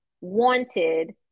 wanted